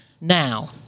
now